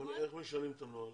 אבל איך משנים את הנוהל?